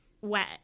wet